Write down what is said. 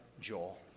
Joel